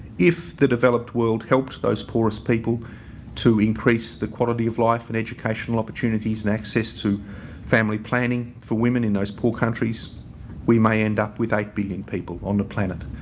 if the developed world helped those poorest people to increase the quality of life and educational opportunities and access to family planning for women in those poor countries we may end up with eight billion people on the planet,